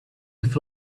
with